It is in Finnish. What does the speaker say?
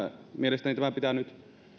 mielestäni pitää nyt